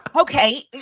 Okay